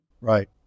Right